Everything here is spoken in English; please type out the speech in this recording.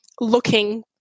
looking